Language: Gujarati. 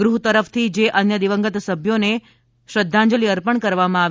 ગૃહ તરફથી જે અન્ય દિવંગત સભ્યો જે શ્રદ્ધાંજલી અર્પણ કરવામાં આવી